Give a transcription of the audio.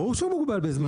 ברור שהוא מוגבל בזמן.